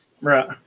Right